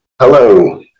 Hello